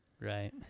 Right